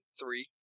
three